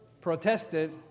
protested